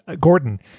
Gordon